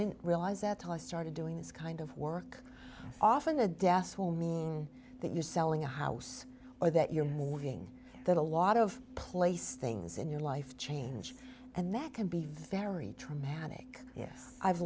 didn't realize that i started doing this kind of work often the deaths will mean that you're selling a house or that you're moving there's a lot of place things in your life change and that can be very traumatic yes i've